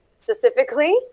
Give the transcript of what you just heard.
specifically